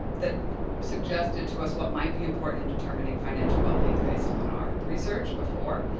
that suggested to us what might be important in determining financial wellbeing based on our research before,